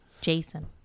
Jason